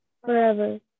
forever